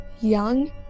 young